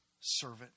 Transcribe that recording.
servant